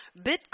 Bitcoin